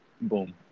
boom